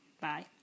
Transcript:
Bye